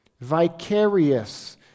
vicarious